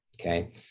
okay